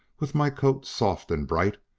with my coat soft and bright,